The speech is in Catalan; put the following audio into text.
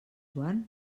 joan